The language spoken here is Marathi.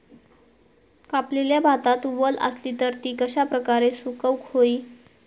कापलेल्या भातात वल आसली तर ती कश्या प्रकारे सुकौक होई?